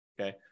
okay